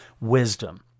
wisdom